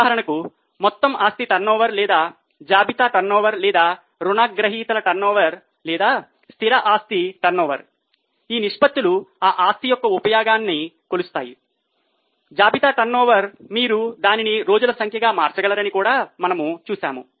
ఉదాహరణకు మొత్తం ఆస్తి టర్నోవర్ లేదా జాబితా టర్నోవర్ లేదా రుణగ్రహీతల టర్నోవర్ లేదా స్థిర ఆస్తి టర్నోవర్ ఈ నిష్పత్తులు ఆ ఆస్తి యొక్క ఉపయోగాన్ని కొలుస్తాయి జాబితా టర్నోవర్ మీరు దానిని రోజుల సంఖ్యగా మార్చగలరని కూడా మనము చూశాము